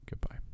goodbye